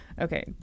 Okay